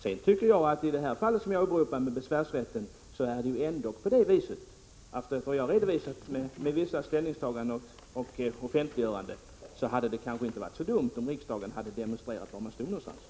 Sedan tycker jag att det i det fall som jag åberopade när det gäller besvärsrätten, och som jag redovisat med vissa ställningstaganden och offentliggöranden, kanske inte hade varit så dumt om riksdagen demonstrerat var den står någonstans.